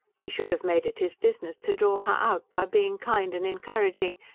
he should have made it his business to draw her out, by being kind and encouraging.